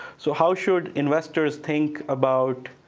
so how should investors think about